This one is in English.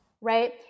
right